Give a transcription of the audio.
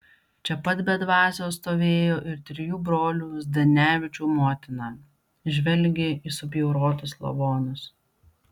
čia pat be dvasios stovėjo ir trijų brolių zdanevičių motina žvelgė į subjaurotus lavonus